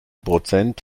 prozent